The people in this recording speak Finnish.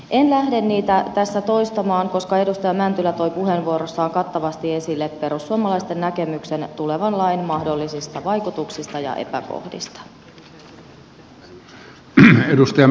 en lähde niitä tässä toistamaan koska edustaja mäntylä toi puheenvuorossaan kattavasti esille perussuomalaisten näkemyksen tulevan lain mahdollisista vaikutuksista ja epäkohdista